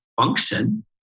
function